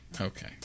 okay